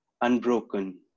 unbroken